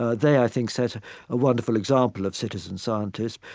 ah they i think set a wonderful example of citizen scientists.